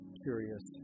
curious